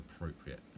appropriate